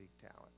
talent